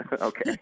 Okay